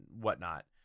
whatnot